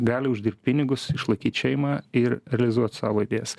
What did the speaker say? gali uždirbt pinigus išlaikyt šeimą ir realizuot savo idėjas